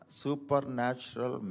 supernatural